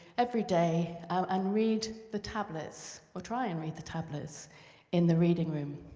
every day, and read the tablets or try and read the tablets in the reading room.